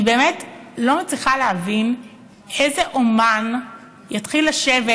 אני באמת לא מצליחה להבין איזה אומן יתחיל לשבת